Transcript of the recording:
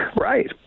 right